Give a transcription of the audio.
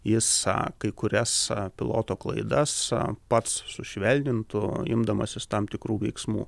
jis kai kurias piloto klaidas pats sušvelnintų imdamasis tam tikrų veiksmų